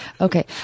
Okay